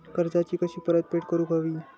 कर्जाची कशी परतफेड करूक हवी?